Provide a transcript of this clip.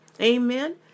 Amen